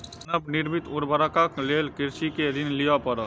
मानव निर्मित उर्वरकक लेल कृषक के ऋण लिअ पड़ल